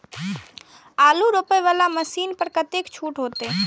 आलू रोपे वाला मशीन पर कतेक छूट होते?